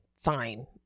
fine